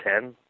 Ten